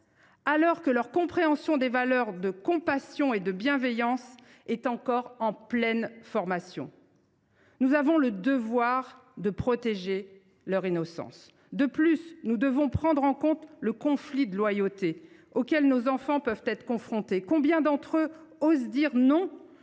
alors que leur compréhension des valeurs de compassion et de bienveillance est encore en pleine formation ? Nous avons le devoir de protéger leur innocence. Par ailleurs, il faut prendre en compte le conflit de loyauté auquel nos enfants peuvent être confrontés. En effet, combien d’entre eux osent dire non